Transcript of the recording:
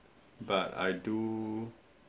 but I do